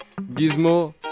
Gizmo